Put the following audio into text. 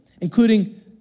including